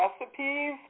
recipes